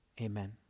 Amen